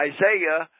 Isaiah